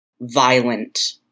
violent